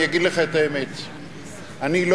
אני אגיד לך את האמת.